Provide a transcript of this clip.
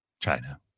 China